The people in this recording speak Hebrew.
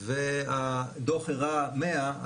והדוח הראה 100,